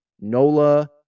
Nola